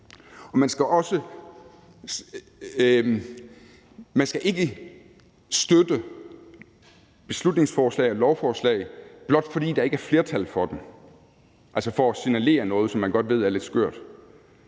man skal ikke støtte beslutningsforslag og lovforslag, blot fordi der ikke er flertal for dem, for at signalere noget, som man godt ved er lidt skørt.